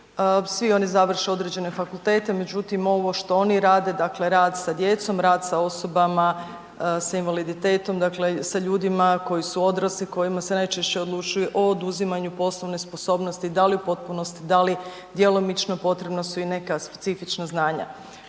svi oni završe određene fakultete, međutim, ovo što oni rade, dakle rad sa djecom, rad sa osobama sa invaliditetom, dakle sa ljudima koji su odrasli, kojima se najčešće odlučuje o oduzimanju poslovne sposobnosti, da li u potpunosti, da li djelomično, potrebna si i neka specifična znanja.